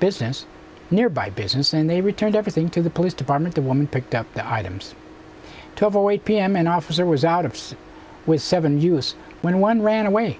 business nearby business and they returned everything to the police department the woman picked up the items to avoid pm an officer was out of sight with seven us when one ran away